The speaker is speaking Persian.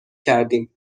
کردیم